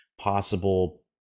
possible